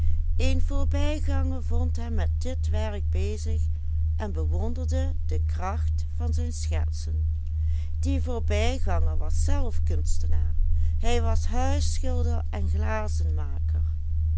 een voorbijganger vond hem met dit werk bezig en bewonderde de kracht van zijn schetsen die voorbijganger was zelf kunstenaar hij was huisschilder en